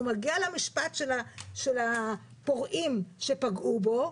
הוא מגיע למשפט של הפורעים שפגעו בו,